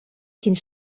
ch’ins